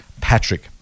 Patrick